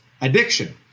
addiction